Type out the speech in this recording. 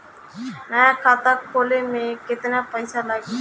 नया खाता खोले मे केतना पईसा लागि?